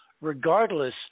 regardless